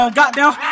goddamn